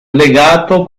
legato